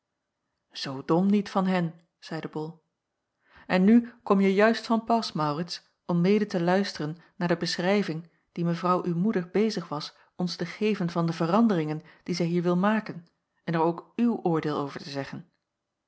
zoo dom niet van hen zeide bol en nu kom je juist van pas maurits om mede te luisteren naar de beschrijving die mevrouw uw moeder bezig was ons te geven van de veranderingen die zij hier wil maken en er ook uw oordeel over te zeggen